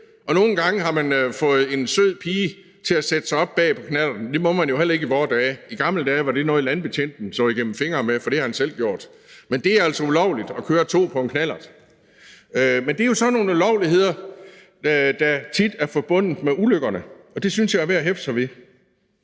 Nogle gange har man fået en sød pige til at sætte sig op bag på knallerten, det må man jo heller ikke i vore dage. I gamle dage var det noget, landbetjenten så igennem fingre med, for det havde han selv gjort. Men det er altså ulovligt at køre to på en knallert. Men det er jo sådan nogle ulovligheder, der tit er forbundet med ulykkerne, og det synes jeg er værd at hæfte sig ved.